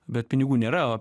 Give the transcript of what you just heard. bet pinigų nėra